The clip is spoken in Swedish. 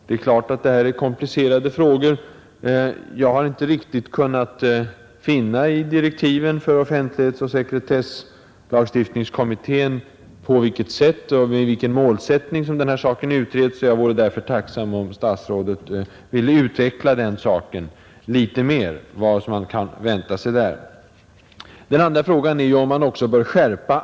Det är klart att det här är komplicerade frågor. Jag har inte riktigt kunnat finna av direktiven för offentlighetsoch sekretesslagstiftningskommittén på vilket sätt och med vilken målsättning frågan utreds. Jag vore därför tacksam om statsrådet ville utveckla litet mer vad som kan väntas på den punkten. Frågan är om anmälningsplikten bör skärpas.